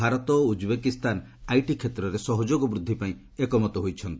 ଭାରତ ଓ Uzbekistan IT କ୍ଷେତ୍ରରେ ସହଯୋଗ ବୃଦ୍ଧିପାଇଁ ଏକମତ ହୋଇଛନ୍ତି